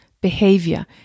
behavior